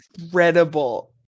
incredible